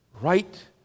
right